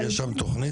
יש שם תכנית?